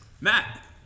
Matt